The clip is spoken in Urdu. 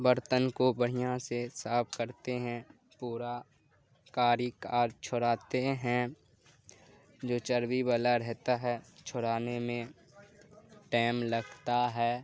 برتن کو بڑھیا سے صاف کرتے ہیں پورا کالک چھڑاتے ہیں جو چربی والا رہتا ہے چھڑانے میں ٹائم لگتا ہے